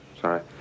Sorry